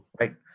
right